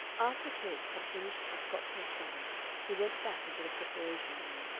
after capes had finished the scotchman's troubles he went back into the preparation-room.